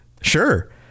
sure